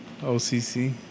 OCC